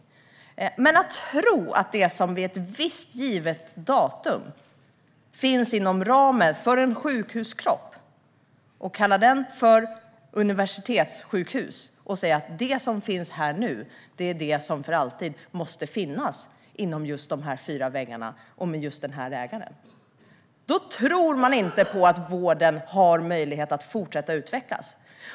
Om man tror att det som vid ett visst givet datum finns inom ramen för en sjukhuskropp och kalla den för universitetssjukhus och säga att det som finns där nu är det som för alltid måste finnas inom just dessa fyra väggar och med just denna ägare, då tror man inte på att vården har möjlighet att fortsätta utvecklas.